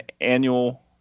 annual